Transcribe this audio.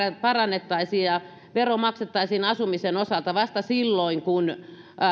parannettaisiin ja vero maksettaisiin asumisen osalta vasta silloin kun